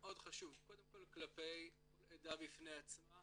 מאוד חשוב קודם כול כלפי כל עדה בפני עצמה